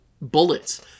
bullets